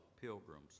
pilgrims